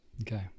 Okay